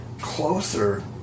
closer